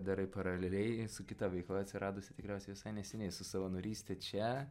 darai paraleliai su kita veikla atsiradusia tikriausiai visai neseniai su savanoryste čia